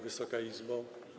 Wysoka Izbo!